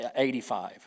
85